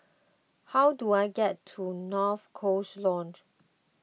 how do I get to North Coast Lodge